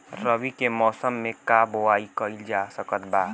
रवि के मौसम में का बोआई कईल जा सकत बा?